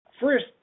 First